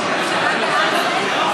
לא לרדת.